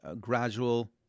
gradual